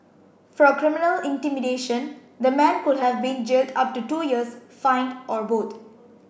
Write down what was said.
for criminal intimidation the man could have been jailed up to two years fined or both